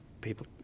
people